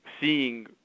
seeing